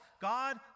God